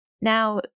Now